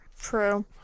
True